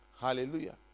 Hallelujah